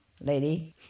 lady